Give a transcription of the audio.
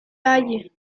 halle